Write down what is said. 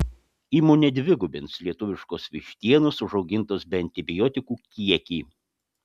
įmonė dvigubins lietuviškos vištienos užaugintos be antibiotikų kiekį